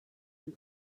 bir